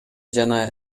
жана